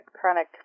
chronic